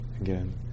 again